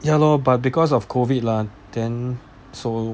ya lor but because of COVID lah then so